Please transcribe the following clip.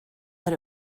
that